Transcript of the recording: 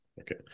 Okay